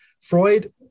Freud